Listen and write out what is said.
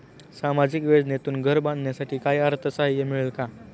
सामाजिक योजनेतून घर बांधण्यासाठी काही अर्थसहाय्य मिळेल का?